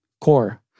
core